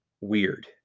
weird